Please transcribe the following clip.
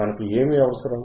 మనకు ఏమి అవసరం